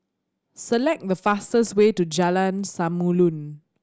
select the fastest way to Jalan Samulun